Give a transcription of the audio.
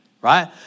right